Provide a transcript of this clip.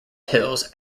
hills